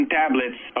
tablets